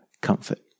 comfort